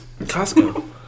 Costco